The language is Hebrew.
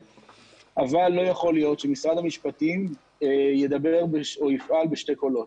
אבל לא יכול להיות שמשרד המשפטים ידבר או יפעל בשני קולות.